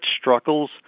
struggles